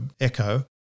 echo